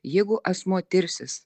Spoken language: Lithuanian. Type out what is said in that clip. jeigu asmuo tirsis